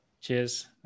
Cheers